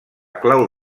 clau